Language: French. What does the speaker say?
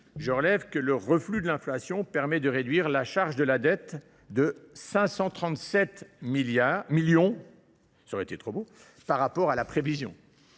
je relève que le reflux de l’inflation permet de réduire la charge de la dette de 537 millions d’euros par rapport à la prévision.